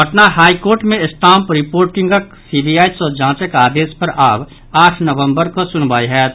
Patna high court मे stamp रिर्पोटिंगक CBI सॅ जांचक आदेश पर आब आठ नवम्बर कऽ सुनवाई होयत